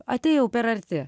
atėjau per arti